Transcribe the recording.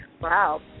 Wow